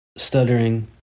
Stuttering